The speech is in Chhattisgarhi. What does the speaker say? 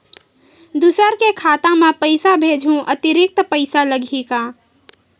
दूसरा के खाता म पईसा भेजहूँ अतिरिक्त पईसा लगही का?